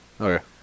Okay